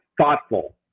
thoughtful